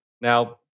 Now